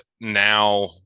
now